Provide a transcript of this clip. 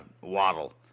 Waddle